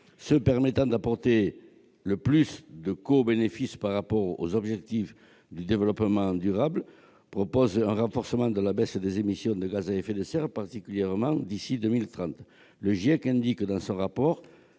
Ceux comportant le plus de co-bénéfices par rapport aux objectifs de développement durable prévoient un renforcement de la baisse des émissions de gaz à effet de serre, particulièrement d'ici à 2030. Le GIEC indique dans son rapport